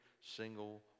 single